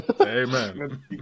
amen